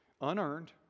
unearned